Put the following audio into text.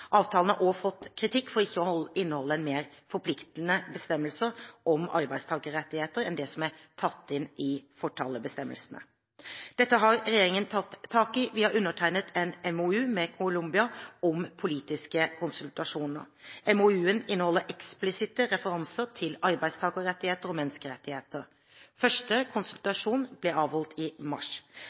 Avtalen har også fått kritikk for ikke å inneholde mer forpliktende bestemmelser om arbeidstakerrettigheter enn det som er tatt inn i fortalebestemmelsene. Dette har regjeringen tatt tak i. Vi har undertegnet en MoU med Colombia om politiske konsultasjoner. MoU-en inneholder eksplisitte referanser til arbeidstakerrettigheter og menneskerettigheter. Første konsultasjon ble avholdt i mars.